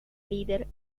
líder